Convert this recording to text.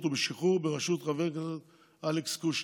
ובשחרור בראשות חבר הכנסת אלכס קושניר,